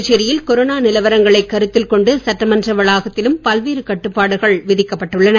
புதுச்சேரி யில் கொரோனா நிலவரங்களைக் கருத்தில் கொண்டு சட்டமன்ற வளாகத்திலும் பல்வேறு கட்டுப்பாடுகள் விதிக்கப்பட்டுள்ளன